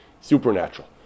supernatural